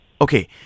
Okay